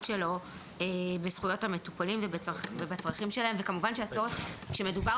שלו בזכויות המטופלים ובצרכים שלהם וכמובן כשמדובר